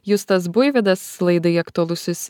justas buivydas laidai aktualusis